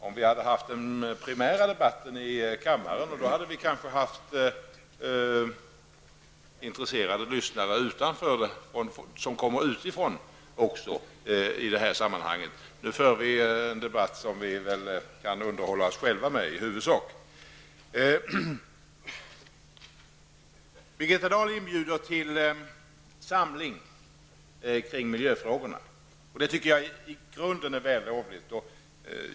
Om vi hade haft den primära debatten i kammaren, skulle det kanske ha kommit hit intresserade lyssnare utifrån. Nu för vi en debatt som vi väl i huvudsak bara underhåller oss själva med. Birgitta Dahl inbjuder till samling kring miljöfrågorna, och det tycker jag i grunden är vällovligt.